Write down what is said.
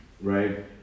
right